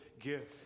gift